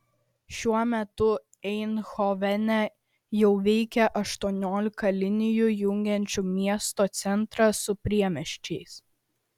šiuo metu eindhovene jau veikia aštuoniolika linijų jungiančių miesto centrą su priemiesčiais